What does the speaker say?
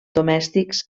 domèstics